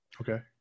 Okay